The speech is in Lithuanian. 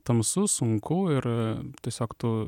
tamsu sunku ir tiesiog tu